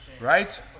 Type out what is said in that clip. Right